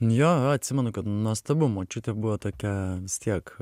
jo jo atsimenu kad nuostabi močiutė buvo tokia tiek